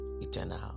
eternal